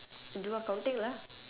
do accounting lah